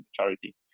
charity